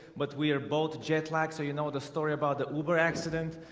but we are both jet lag so, you know the story about the uber accident,